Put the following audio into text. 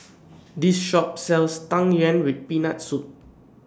This Shop sells Tang Yuen with Peanut Soup